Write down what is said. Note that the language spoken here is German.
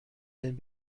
denn